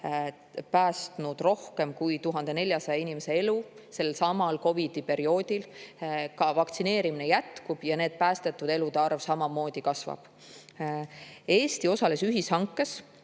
päästnud rohkem kui 1400 inimese elu sellelsamal COVID-i perioodil. Ka vaktsineerimine jätkub ja päästetud elude arv samamoodi kasvab. Eesti osales ühishankes